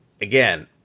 Again